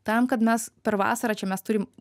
tam kad mes per vasarą čia mes turim